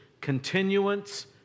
continuance